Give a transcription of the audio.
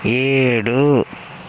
ఏడు